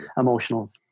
emotional